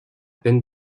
peine